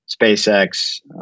SpaceX